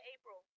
April